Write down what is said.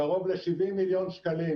קרוב ל-70 מיליון שקלים